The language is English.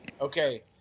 Okay